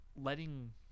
letting –